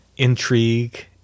Intrigue